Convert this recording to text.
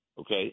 Okay